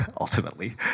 ultimately